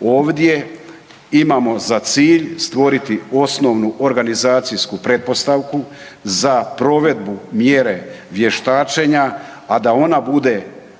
ovdje imamo za cilj stvoriti osnovnu organizacijsku pretpostavku za provedbu mjere vještačenja a da ona bude